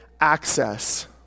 Access